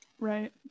Right